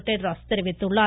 Tedros தெரிவித்துள்ளார்